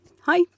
Hi